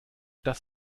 das